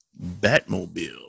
Batmobile